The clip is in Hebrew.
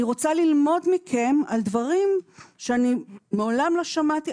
אני רוצה ללמוד מכם על דברים שאני מעולם לא שמעתי.